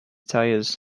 tires